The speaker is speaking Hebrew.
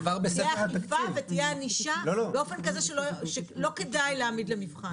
תהיה אכיפה ותהיה ענישה באופן כזה שלא כדאי להעמיד למבחן.